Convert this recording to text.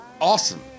awesome